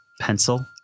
Pencil